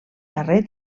darrer